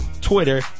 Twitter